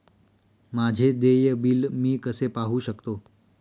माझे देय बिल मी कसे पाहू शकतो?